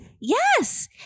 yes